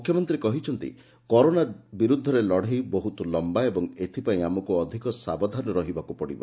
ମୁଖ୍ୟମନ୍ତୀ କହିଛନ୍ତି କରୋନା ବିରୁଦ୍ଦରେ ଲଢ଼େଇ ବହୁତ ଲମ୍ଭା ଏବଂ ଏଥିପାଇଁ ଆମକୁ ଅଧିକ ସାବଧାନ ରହିବାକୁ ପଡ଼ିବ